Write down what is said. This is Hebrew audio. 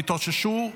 התאוששו,